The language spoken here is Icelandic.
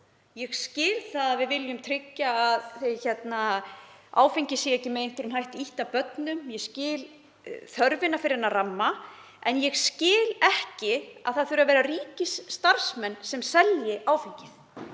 Ég skil að við viljum tryggja að áfengi sé ekki með einhverjum hætti ýtt að börnum, ég skil þörfina fyrir þennan ramma, en ég skil ekki að það þurfi að vera ríkisstarfsmenn sem selji áfengið.